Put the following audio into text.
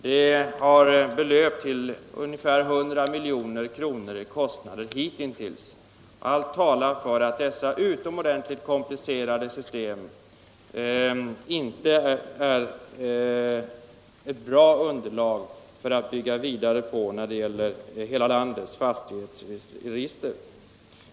Kostnaderna belöper sig på ungefar 100 milj.kr. hitintills, och allt talar för att detta utomordentligt komplicerade system inte är ett bra underlag att bygga vidare på när det gäller hela landets fastighetsregister.